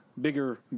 bigger